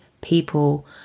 people